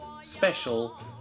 special